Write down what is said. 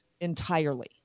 entirely